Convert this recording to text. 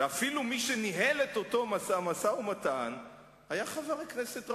ואפילו מי שניהל את אותו משא-ומתן היה חבר הכנסת רמון.